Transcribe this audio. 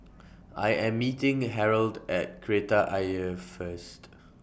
I Am meeting Harold At Kreta Ayer First